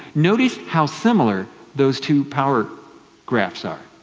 notice how similar those two power graphs are.